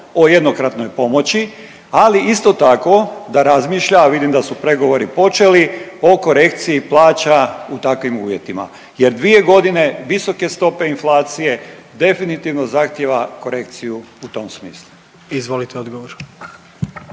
o jednokratnoj pomoći, ali isto tako da razmišlja, a vidim da su pregovori počeli o korekciji plaća u takvim uvjetima jer 2 godine visoke stope inflacije definitivno zahtjeva korekciju u tom smislu. **Jandroković,